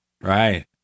Right